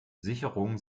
sicherungen